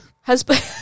Husband